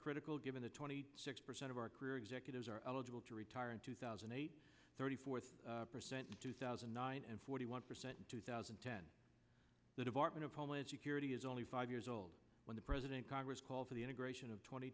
critical given the twenty six percent of our career executives are eligible to retire in two thousand and eight thirty four percent in two thousand and nine and forty one percent in two thousand and ten the department of homeland security is only five years old when the president congress called for the integration of twenty